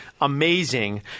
amazing